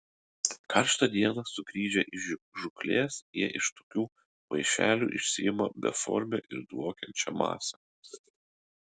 karštą dieną sugrįžę iš žūklės jie iš tokių maišelių išsiima beformę ir dvokiančią masę